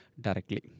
directly